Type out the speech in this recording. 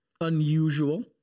unusual